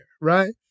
Right